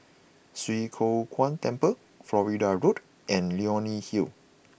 Swee Kow Kuan Temple Florida Road and Leonie Hill